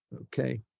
Okay